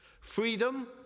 Freedom